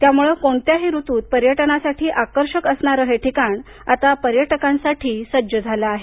त्यामुळं कोणत्याही ऋतूत पर्यटनासाठी आकर्षक असणारे हे ठिकाण पर्यटकांसाठी सज्ज झालं आहे